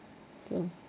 true